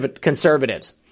conservatives